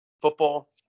football